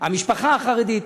המשפחה החרדית,